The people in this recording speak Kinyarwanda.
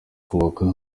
kubaka